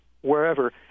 wherever